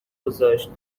گذاشت